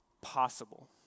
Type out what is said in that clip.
possible